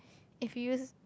if you use